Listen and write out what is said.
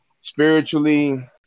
spiritually